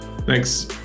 Thanks